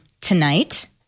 Tonight